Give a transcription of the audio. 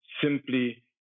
simply